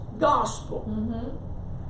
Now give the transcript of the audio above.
gospel